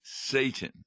Satan